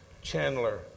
Chandler